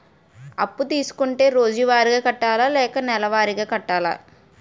అప్పు తీసుకుంటే రోజువారిగా కట్టాలా? లేకపోతే నెలవారీగా కట్టాలా?